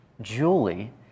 Julie